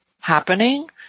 happening